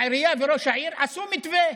העירייה וראש העיר עשו מתווה,